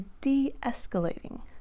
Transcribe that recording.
de-escalating